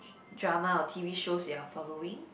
d~ drama or T_V shows you're following